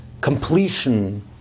completion